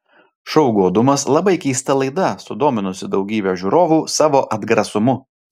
šou godumas labai keista laida sudominusi daugybę žiūrovu savo atgrasumu